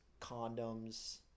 Condoms